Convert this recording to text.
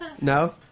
No